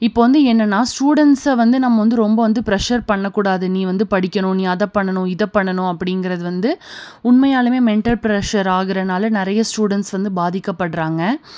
இப்போ வந்து என்னென்னால் ஸ்டூடண்ட்சை வந்து நம்ம வந்து ரொம்ப பிரஷர் பண்ணக் கூடாது நீ வந்து படிக்கணும் நீ அதை பண்ணணும் இதை பண்ணணும் அப்படிங்கிறது வந்து உண்மையாலுமே மெண்டல் பிரஷர் ஆகுறனால் நிறைய ஸ்டூடண்ஸ் வந்து பாதிக்கப்படுறாங்க